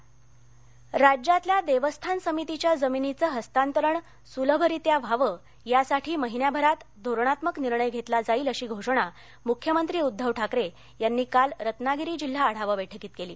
मख्यमंत्री सिंधदर्ग राज्यातल्या देवस्थान समितीच्या जमिनीचं हस्तांतरण सुलभरित्या व्हावं यासाठी महिन्याभरात धोरणात्मक निर्णय घेतला जाईल अशी घोषणा मुख्यमंत्री उद्धव ठाकरे यांनी काल रत्नागिरी जिल्हा आढावा बैठकीत केली